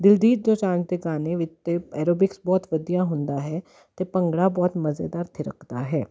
ਦਿਲਜੀਤ ਦੋਸਾਂਝ ਦੇ ਗਾਨੇ ਵਿੱਚ ਤਾਂ ਐਰੋਬਿਕਸ ਬਹੁਤ ਵਧੀਆ ਹੁੰਦਾ ਹੈ ਅਤੇ ਭੰਗੜਾ ਬਹੁਤ ਮਜ਼ੇਦਾਰ ਥਿਰਕਦਾ ਹੈ